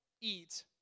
eat